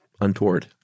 untoward